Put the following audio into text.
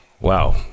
Wow